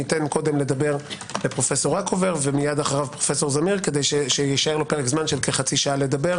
אתן קודם לדבר לפרופ' רקובר כדי שיישאר זמן של חצי שעה.